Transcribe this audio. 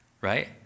right